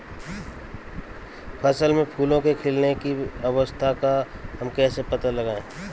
फसल में फूलों के खिलने की अवस्था का हम कैसे पता लगाएं?